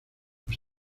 los